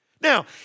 Now